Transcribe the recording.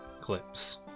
clips